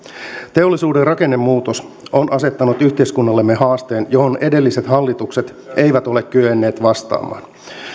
teollisuuden rakennemuutos on asettanut yhteiskunnallemme haasteen johon edelliset hallitukset eivät ole kyenneet vastaamaan